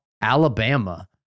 Alabama